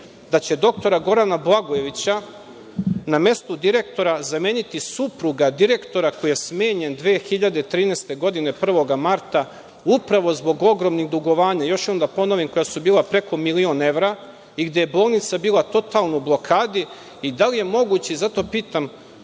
da će doktora Gorana Blagojevića na mestu direktora zameniti supruga direktora koji je smenjen 2013. godine 1. marta, upravo zbog ogromnih dugovanja, još jednom da ponovim, koja su bila preko milion evra, i gde je bolnica bila totalno u blokadi. Da li je moguće, zato pitam